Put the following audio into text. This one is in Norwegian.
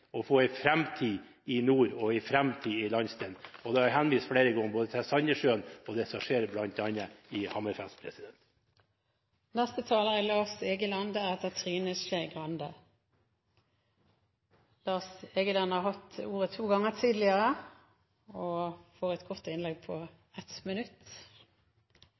få en framtid i nord og en framtid i landsdelen. Det er henvist flere ganger både til Sandnessjøen og til det som skjer bl.a. i Hammerfest. Representanten Lars Egeland har hatt ordet to ganger tidligere og får ordet til en kort merknad, begrenset til 1 minutt. Jeg tegnet meg til representanten Skumsvolls innlegg.